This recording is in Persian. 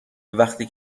وقتی